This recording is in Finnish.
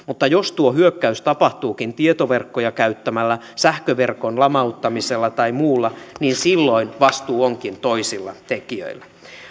mutta jos tuo hyökkäys tapahtuukin tietoverkkoja käyttämällä sähköverkon lamauttamisella tai muulla niin silloin vastuu onkin toisilla tekijöillä